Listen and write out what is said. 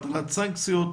הטלת סנקציות,